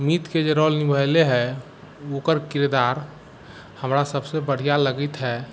मीतके जे रोल निभेले हइ ओकर किरदार हमरा सभसँ बढ़िआँ लगैत हइ